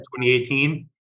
2018